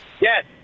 Yes